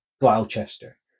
Gloucester